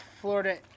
Florida